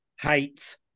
hate